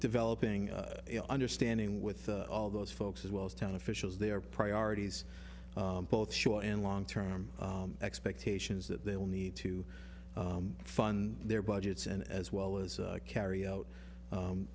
developing understanding with all those folks as well as town officials their priorities both short and long term expectations that they'll need to fund their budgets and as well as carry out